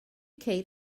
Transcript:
ceir